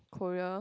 Korea